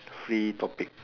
free topic